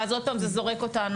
ואז עוד פעם זה זורק אותנו